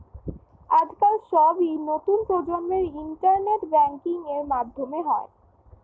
আজকাল সবই নতুন প্রজন্মের ইন্টারনেট ব্যাঙ্কিং এর মাধ্যমে হয়